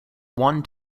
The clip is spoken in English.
one